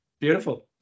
Beautiful